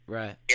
right